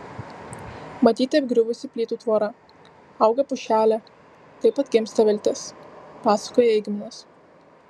matyti apgriuvusi plytų tvora auga pušelė taip atgimsta viltis pasakoja eigminas